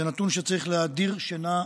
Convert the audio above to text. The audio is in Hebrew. זה נתון שצריך להדיר שינה מעינינו,